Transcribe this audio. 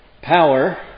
Power